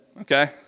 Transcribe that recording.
okay